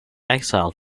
exiled